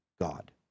God